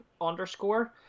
underscore